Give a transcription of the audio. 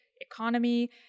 economy